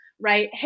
right